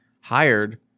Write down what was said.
hired